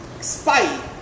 spy